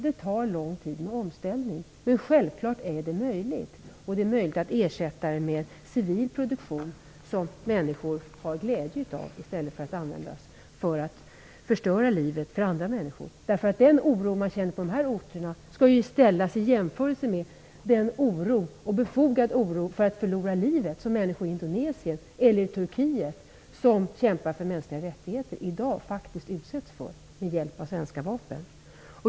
Det tar lång tid med en omställning, men självklart är det möjligt. Det är möjligt att ersätta produktionen med civil produktion, som människor har glädje av i stället för att användas för att förstöra livet för andra människor. Oron på de här orterna skall ställas i relation till den befogade oro för att förlora livet som människor i Indonesien eller Turkiet som kämpar för mänskliga rättigheter i dag faktiskt utsätts för med hjälp av svenska vapen.